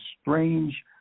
strange